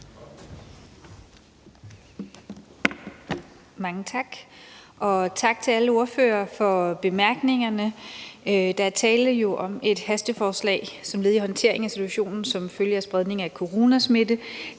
Mange tak, og tak til alle ordførere for bemærkningerne. Der er jo tale om et hasteforslag som led i håndteringen af situationen som følge af spredningen af coronasmitte.